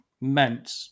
meant